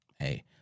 Hey